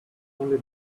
only